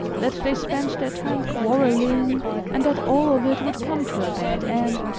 that they spent their time quarreling and that all of it would come to a bad end.